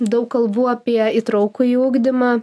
daug kalbų apie įtraukųjį ugdymą